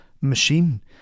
machine